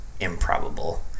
improbable